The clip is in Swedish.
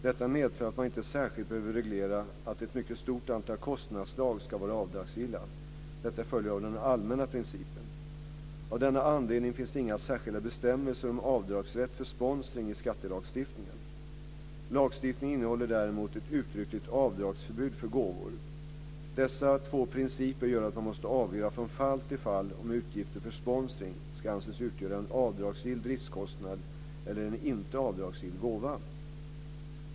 Detta medför att man inte särskilt behöver reglera att ett mycket stort antal kostnadsslag ska vara avdragsgilla - detta följer av den allmänna principen. Av denna anledning finns det inga särskilda bestämmelser om avdragsrätt för sponsring i skattelagstiftningen. Lagstiftningen innehåller däremot ett uttryckligt avdragsförbud för gåvor. Dessa två principer gör att man måste avgöra från fall till fall om utgifter för sponsring ska anses utgöra en avdragsgill driftskostnad eller en inte avdragsgill gåva.